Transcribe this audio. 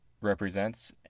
represents